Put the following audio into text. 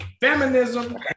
feminism